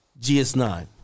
GS9